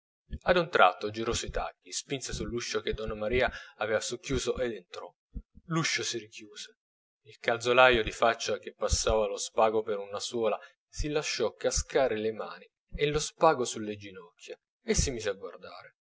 a un tratto girò sui tacchi spinse l'uscio che donna maria aveva socchiuso ed entrò l'uscio si richiuse il calzolaio di faccia che passava lo spago per una suola si lasciò cascare le mani e lo spago sulle ginocchia e si mise a guardare